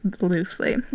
loosely